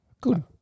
Good